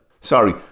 Sorry